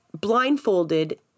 blindfolded